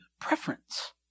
preference